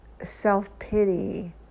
self-pity